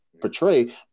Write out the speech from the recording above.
portray